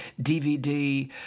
DVD